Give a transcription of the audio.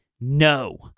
no